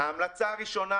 ההמלצה הראשונה